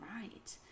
right